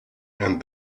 and